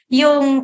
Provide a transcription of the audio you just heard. yung